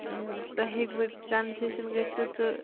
تُہۍ ہیٚکہِ وٕ کَنسیشَن گٔژھِتھ تہٕ